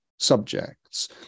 subjects